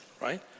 right